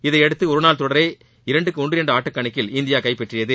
இதையடுத்து ஒருநாள் தொடரை இரண்டுக்கு ஒன்று என்ற ஆட்டக்கணக்கில் இந்தியா கைப்பற்றியது